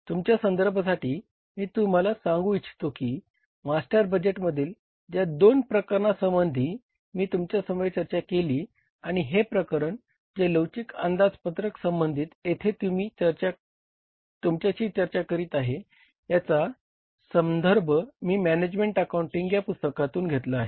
तुमच्या संदर्भासाठी मी तुम्हाला सांगू इच्छितो की मास्टर बजेटमधील ज्या दोन प्रकरणासंबंधी मी तुमच्यासमवेत चर्चा केली आणि हे प्रकरण जे लवचिक अंदाजपत्रक संबंधी येथे मी तुमच्याशी चर्चा करत आहे याचा संधर्भ मी मॅनेजमेंट अकाउंटिंग या पुस्तकातून घेतला आहे